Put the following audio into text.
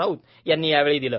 राऊत यांनी यावेळी दिले